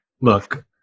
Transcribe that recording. look